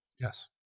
Yes